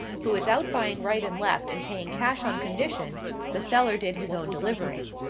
who was out buying right and left and paying cash on condition the seller did his own delivering.